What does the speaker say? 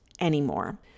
anymore